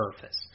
surface